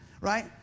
Right